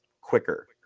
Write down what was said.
quicker